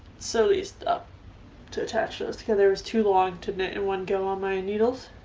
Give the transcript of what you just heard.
sew these up to attach this together there was too long to knit and one go on my needles